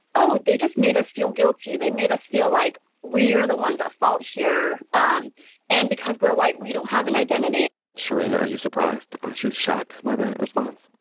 oh, they just made us feel guilty. they made us feel like we're the ones at fault here. um and because we're white, we don't have an identity shereen, are you surprised? aren't you shocked by that response?